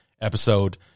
episode